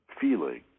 feeling